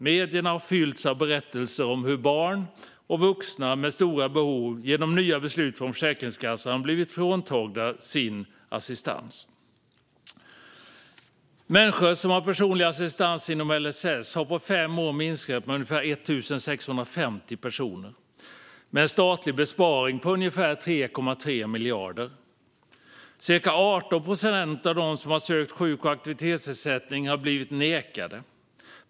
Medierna har fyllts av berättelserna om hur barn och vuxna med stora behov genom nya beslut från Försäkringskassan har blivit fråntagna sin assistans. Antalet människor som har personlig assistans inom LSS har på fem år minskat med ungefär 1 650 personer, med en statlig besparing på ca 3,3 miljarder. Cirka 18 procent av dem som har sökt sjuk och aktivitetsersättning har blivit nekade den.